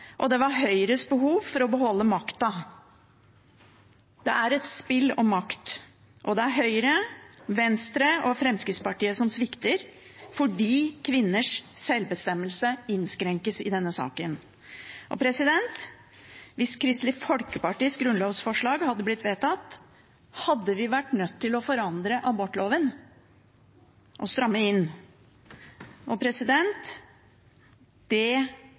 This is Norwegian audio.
og det var Høyres behov for å beholde makta. Det er et spill om makt, og det er Høyre, Venstre og Fremskrittspartiet som svikter, fordi kvinners sjølbestemmelse innskrenkes i denne saken. Hvis Kristelig Folkepartis grunnlovsforslag hadde blitt vedtatt, hadde vi vært nødt til å forandre abortloven og stramme inn. Det